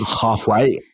halfway